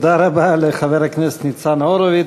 תודה רבה לחבר הכנסת ניצן הורוביץ.